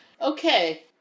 Okay